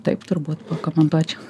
taip turbūt pakomentuočiau